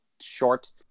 short